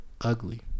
ugly